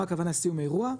מה הכוונה סיום האירוע?